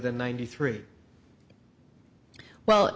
than ninety three well